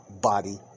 Body